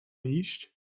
iść